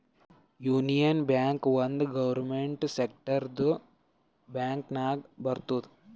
union bank ಒಂದ್ government ಸೆಕ್ಟರ್ದು bank ನಾಗ್ ಬರ್ತುದ್